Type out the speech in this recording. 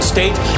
State